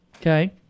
Okay